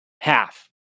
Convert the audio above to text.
Half